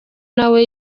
nawe